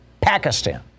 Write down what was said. Pakistan